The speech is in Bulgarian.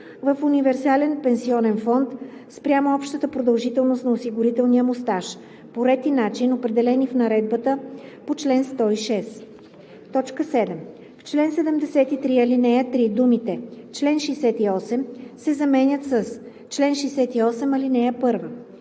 в универсален пенсионен фонд, спрямо общата продължителност на осигурителния му стаж, по ред и начин, определени в наредбата по чл. 106.“ 7. В чл. 73, ал. 3 думите „чл. 68“ се заменят с „чл. 68, ал. 1“.